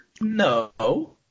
No